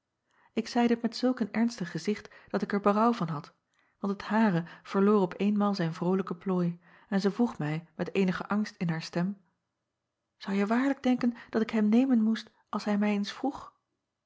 k zeî dit met zulk een ernstig gezicht dat ik er berouw van had want het hare verloor op eenmaal zijn vrolijken plooi en zij vroeg mij met eenige angst in haar stem ouje waarlijk denken dat ik hem nemen moest als hij mij eens vroeg